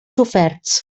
soferts